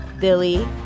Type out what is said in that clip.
Billy